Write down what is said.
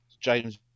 James